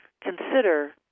consider